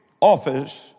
office